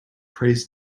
prays